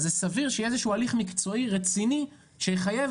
זה סביר שיהיה איזשהו הליך מקצועי רציני שיחייב